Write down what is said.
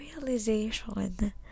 realization